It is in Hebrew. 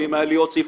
ואם היה לי עוד סעיף,